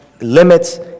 limits